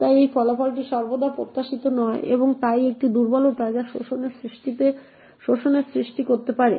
তাই এই ফলাফলটি সর্বদা প্রত্যাশিত নয় এবং তাই একটি দুর্বলতা যা শোষণের সৃষ্টি করতে পারে